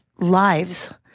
Lives